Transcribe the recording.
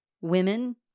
Women